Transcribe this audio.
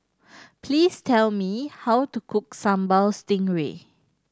please tell me how to cook Sambal Stingray